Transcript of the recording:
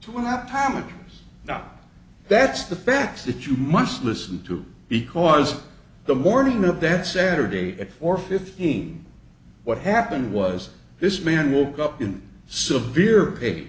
to an optometrist not that's the facts that you must listen to because the morning of that saturday at four fifteen what happened was this man walked up in severe p